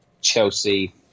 Chelsea